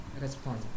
respond